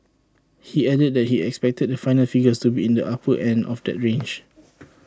he added that he expected the final figures to be in the upper end of that range